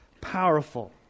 powerful